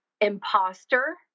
imposter